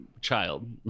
child